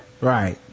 Right